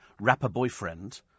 rapper-boyfriend